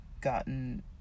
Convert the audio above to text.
gotten